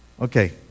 Okay